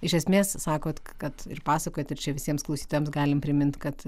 iš esmės sakot kad ir pasakot ir čia visiems klausytojams galim primint kad